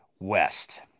west